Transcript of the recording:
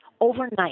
overnight